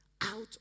out